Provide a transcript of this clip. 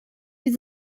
wir